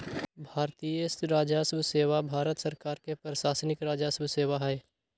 भारतीय राजस्व सेवा भारत सरकार के प्रशासनिक राजस्व सेवा हइ